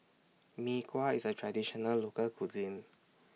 Mee Kuah IS A Traditional Local Cuisine